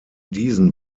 diesen